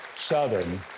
southern